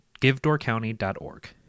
givedoorcounty.org